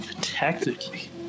technically